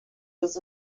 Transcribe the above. was